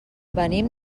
venim